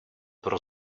pro